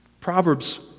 Proverbs